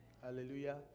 Hallelujah